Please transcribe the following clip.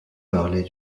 parler